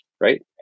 Right